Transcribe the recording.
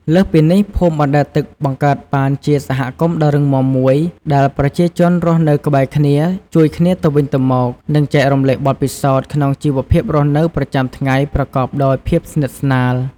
លើសពីនេះ ភូមិបណ្ដែតទឹកបង្កើតបានជាសហគមន៍ដ៏រឹងមាំមួយ ដែលប្រជាជនរស់នៅក្បែរគ្នា ជួយគ្នាទៅវិញទៅមក និងចែករំលែកបទពិសោធន៍ក្នុងជីវភាពរស់នៅប្រចាំថ្ងៃប្រកបដោយភាពស្និទ្ធស្នាល។